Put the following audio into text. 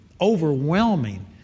overwhelming